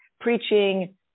preaching